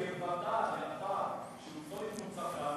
אבל לאתר של פסולת מוצקה,